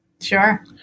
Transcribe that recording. Sure